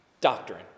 doctrine